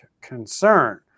concern